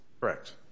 Correct